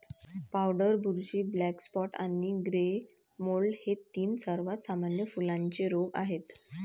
powder बुरशी, black spot आणि grey mould हे तीन सर्वात सामान्य फुलांचे रोग आहेत